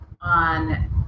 on